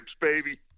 baby